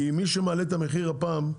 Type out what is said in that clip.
כי מי שמעלה את המחיר הפעם,